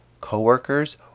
coworkers